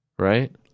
Right